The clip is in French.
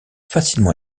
facilement